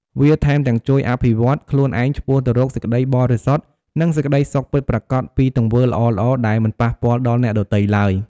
វាថែមទាំងជួយអភិវឌ្ឍខ្លួនឯងឆ្ពោះទៅរកសេចក្តីបរិសុទ្ធ និងសេចក្តីសុខពិតប្រាកដ ពីទង្វើល្អៗ ដែលមិនប៉ះពាល់ដល់អ្នកដទៃទ្បើយ។